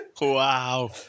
wow